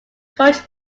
coach